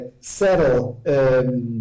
settle